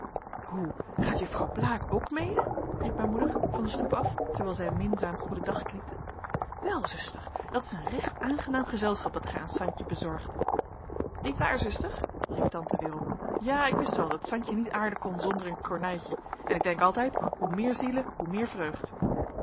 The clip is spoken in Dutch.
hoe gaat juffrouw blaek ook mede riep mijn moeder van de stoep af terwijl zij minzaam goeden dag knikte wel zuster dat is een recht aangenaam gezelschap dat gij aan santje bezorgt nietwaar zuster riep tante weerom ja ik wist wel dat santje niet aarden kan zonder een kornuitje en ik denk altijd hoe meer zielen hoe meer vreugd